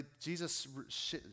Jesus